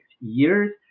years